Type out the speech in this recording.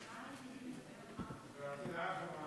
תודה רבה.